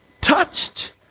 touched